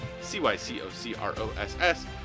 C-Y-C-O-C-R-O-S-S